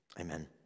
Amen